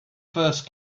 first